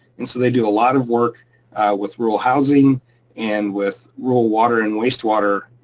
and so they do a lot of work with rural housing and with rural water and wastewater